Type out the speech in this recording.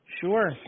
Sure